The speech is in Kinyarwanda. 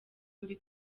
mbi